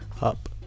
up